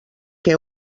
que